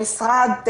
כמשרד הבריאות,